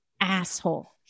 asshole